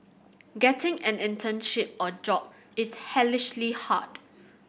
getting an internship or job is hellishly hard